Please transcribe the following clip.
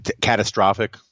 catastrophic